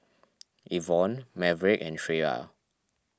Yvonne Maverick and Shreya